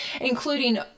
including